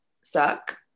suck